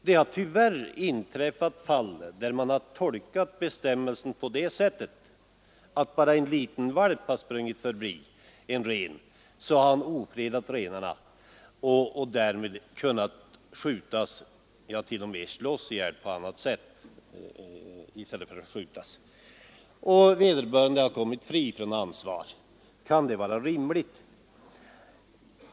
Det har tyvärr inträffat att man har tolkat bestämmelsen på det sättet att om en liten valp har sprungit förbi en ren anses han ha ofredat renen och därmed kunna skjutas, ja t.o.m. slås ihjäl på annat sätt, och vederbörande har gått fri från ansvar. Kan det vara rimligt?